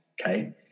Okay